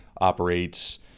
operates